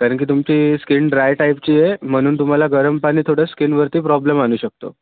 कारण की तुमची स्किन ड्राय टाईपची आहे म्हणून तुम्हाला गरम पाणी थोडं स्किनवरती प्रॉब्लेम आणू शकतो